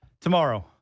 Tomorrow